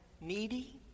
needy